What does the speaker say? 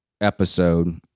episode